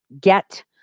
get